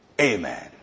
Amen